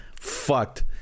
Fucked